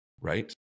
right